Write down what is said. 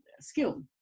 skill